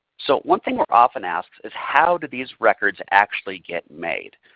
so one thing we are often asked is how do these records actually get made.